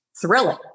thrilling